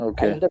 Okay